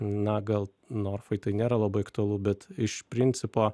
na gal norfai tai nėra labai aktualu bet iš principo